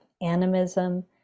animism